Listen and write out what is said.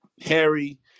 Harry